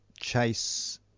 chase